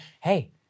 hey